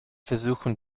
versuchen